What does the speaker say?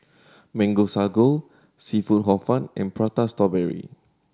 Mango Sago seafood Hor Fun and Prata Strawberry